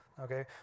Okay